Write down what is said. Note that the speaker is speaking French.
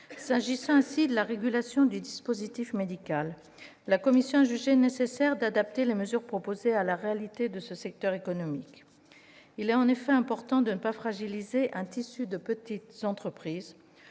S'agissant ainsi de la régulation du dispositif médical, la commission a jugé nécessaire d'adapter les mesures proposées à la réalité de ce secteur économique, car il est important de ne pas fragiliser le tissu des petites entreprises.